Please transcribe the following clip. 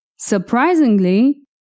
Surprisingly